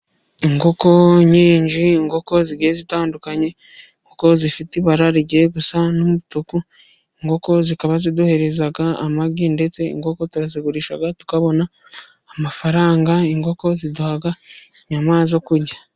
Inkoko nyinshi, inkoko zigiye zitandukanye, inkoko zifite ibara rigiye gusa n'umutuku, inkoko zikaba ziduhereza amagi ndetse inkoko turazigurisha tukabona amafaranga. Inkoko ziduha inyama zo kurya.